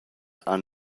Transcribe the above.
han